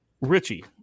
Richie